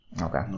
Okay